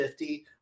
50